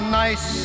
nice